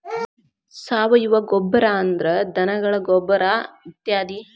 ಸಾವಯುವ ಗೊಬ್ಬರಾ ಅಂದ್ರ ಧನಗಳ ಗೊಬ್ಬರಾ ಇತ್ಯಾದಿ